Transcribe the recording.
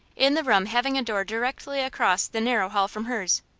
in the room having a door directly across the narrow hall from hers.